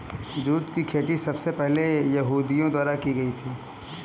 jute की खेती सबसे पहले यहूदियों द्वारा की गयी थी